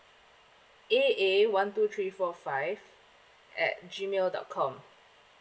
A A one two three four five at G mail dot com